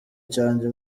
cyanjye